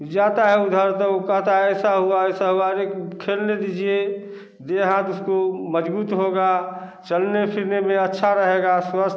जाता है उधर तो कहता है ऐसा हुआ ऐसा हुआ एक खेलने दीजिए दिमाग उसको मज़बूत होगा चलने फिरने में अच्छा रहेगा स्वस्थ